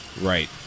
right